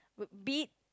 would be